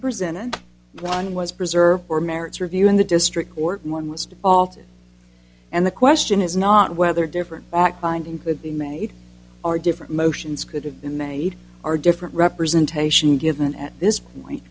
presented one was preserved for merits review in the district court and one was defaulted and the question is not whether different act binding could be made or different motions could have been made or different representation given at this point